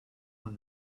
when